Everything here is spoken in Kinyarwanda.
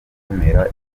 gukumira